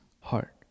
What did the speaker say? heart